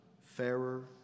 fairer